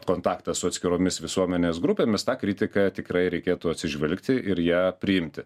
kontaktą su atskiromis visuomenės grupėmis tą kritiką tikrai reikėtų atsižvelgti ir ją priimti